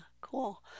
Cool